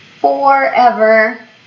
forever